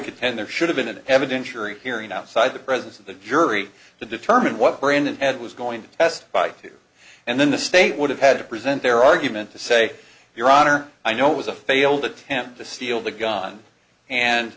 would contend there should have been an evidentiary hearing outside the presence of the jury to determine what were in that head was going to testify to and then the state would have had to present their argument to say your honor i know it was a failed attempt to steal the gun and